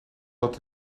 dat